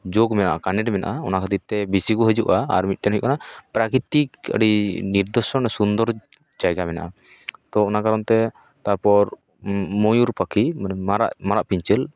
ᱡᱳᱜ ᱢᱮᱱᱟᱜ ᱠᱟᱱᱮᱠᱴ ᱢᱮᱱᱟᱜᱼᱟ ᱚᱱᱟ ᱠᱷᱟᱹᱛᱤᱨ ᱛᱮ ᱵᱤᱥᱤ ᱠᱚ ᱦᱤᱡᱩᱜᱼᱟ ᱟᱨ ᱢᱤᱫᱴᱮᱱ ᱦᱩᱭᱩᱜ ᱠᱟᱱᱟ ᱯᱨᱟᱠᱤᱛᱤᱠ ᱟᱹᱰᱤ ᱱᱤᱨᱫᱚᱥᱚᱱ ᱥᱩᱱᱫᱚᱨ ᱡᱟᱭᱜᱟ ᱢᱮᱱᱟᱜᱼᱟ ᱛᱳ ᱚᱱᱟ ᱠᱟᱨᱚᱱ ᱛᱮ ᱛᱟᱯᱚᱨ ᱢᱩᱭᱩᱨ ᱯᱟᱹᱠᱷᱤ ᱢᱟᱱᱮ ᱢᱟᱨᱟᱜ ᱢᱟᱨᱟᱜ ᱯᱤᱧᱪᱟᱹᱞ